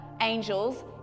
angels